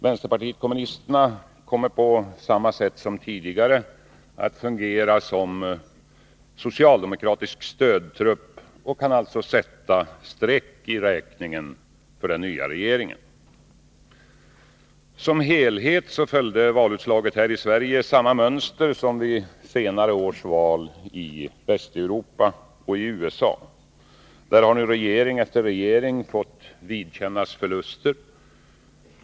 Vänsterpartiet kommunisterna kommer på samma sätt som tidigare att fungera som socialdemokratisk stödtrupp och kan alltså sätta streck i räkningen för den nya regeringen. Som helhet följer valutslaget samma mönster som vid senare års val i Västeuropa och USA. Där har nu regering efter regering fått vidkännas förluster.